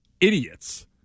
idiots